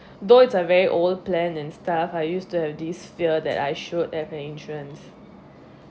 though it's a very old plan and stuff I used to have this fear that I should have an insurance